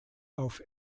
auf